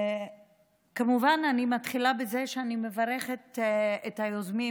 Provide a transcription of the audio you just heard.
כמובן שאני מתחילה בזה שאני מברכת את היוזמים,